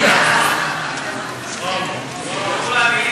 גם אני